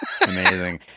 amazing